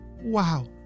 Wow